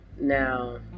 Now